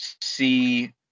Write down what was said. see